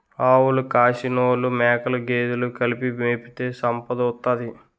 ఆవులు కాసినోలు మేకలు గేదెలు కలిపి మేపితే సంపదోత్తది